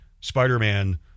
Spider-Man